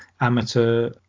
amateur